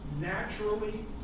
naturally